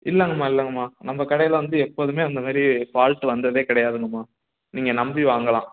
இல்லங்கம்மா இல்லங்கம்மா நம்ம கடையில வந்து எப்போதுமே அந்த மாதிரி ஃபால்ட் வந்ததே கிடையாதுங்கம்மா நீங்கள் நம்பி வாங்கலாம்